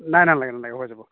নাই নাই নালাগে নালাগে হৈ যাব